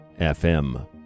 FM